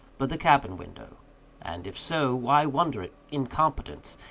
but the cabin-window and if so, why wonder at incompetence,